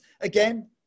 again